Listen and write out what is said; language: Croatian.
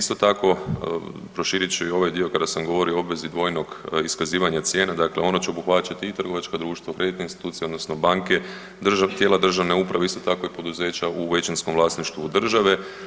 Isto tako proširit ću i ovaj dio kada sam govorio o obvezi dvojnog iskazivanja cijena dakle ono će obuhvaćati i trgovačka društva, kreditne institucije odnosno banke, tijela državne uprave, isto tako i poduzeća u većinskom vlasništvu države.